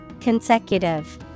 Consecutive